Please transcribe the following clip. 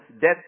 death